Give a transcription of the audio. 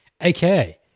AKA